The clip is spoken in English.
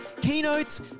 keynotes